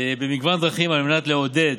במגוון דרכים כדי לעודד